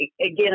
Again